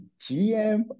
GM